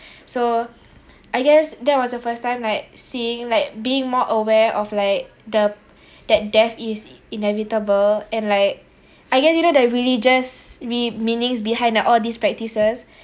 so I guess that was a first time like seeing like being more aware of like the that death is inevitable and like I get to know that religious re~ meanings behind like all these practices